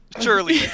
Surely